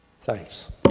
Thanks